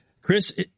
Chris